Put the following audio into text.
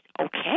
okay